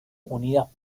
unidas